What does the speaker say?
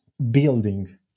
building